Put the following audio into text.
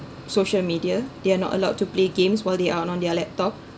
social media they are not allowed to play games while they are on their laptop